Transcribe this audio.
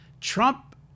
Trump